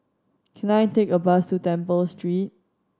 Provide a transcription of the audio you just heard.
can I take a bus to Temple Street